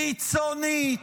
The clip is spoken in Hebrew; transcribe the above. קיצונית,